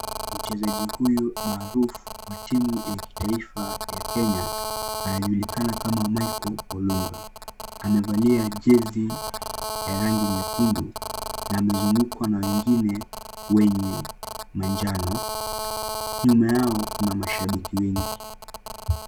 Mchezaji huyu maarafu wa timu ya kitaifa ya Kenya, anajulikana kama Michael Olunga. Amevalia jersey ya rangi nyekundu na amezungukwa na wengine wenye manjano. Nyuma yao kuna mashabiki wengi.